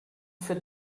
fit